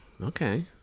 Okay